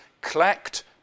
collect